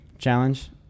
Challenge